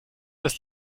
das